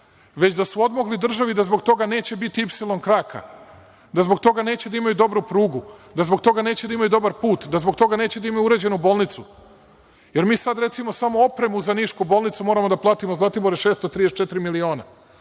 već da su odmogli državi da zbog toga neće biti „Ipsilon kraka“, da zbog toga neće da imaju dobru prugu, da zbog toga neće da imaju dobar put, da zbog toga neće da imaju uređenu bolnicu. Mi sad, recimo, samo opremu za nišku bolnicu moramo da platimo, Zlatibore, 634 miliona,